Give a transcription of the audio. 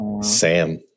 Sam